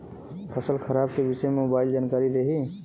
फसल खराब के विषय में मोबाइल जानकारी देही